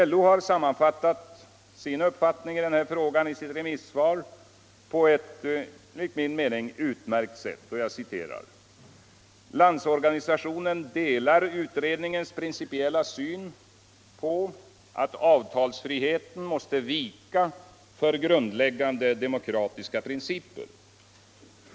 LO sammanfattade detta i sitt remissvar över utredningen på ett enligt min mening utmärkt sätt: ”Landsorganisationen delar utredningens principiella syn på att avtalsfriheten måste vika för grundläggande demokratiska principer.